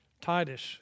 Titus